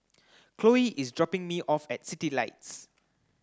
Cloe is dropping me off at Citylights